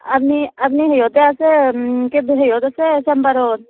আপুনি আপুনি হেৰিয়তে আছে কি হেৰিয়ত আছে চেম্বাৰত